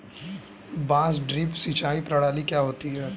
बांस ड्रिप सिंचाई प्रणाली क्या होती है?